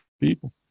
people